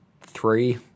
three